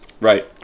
Right